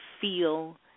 feel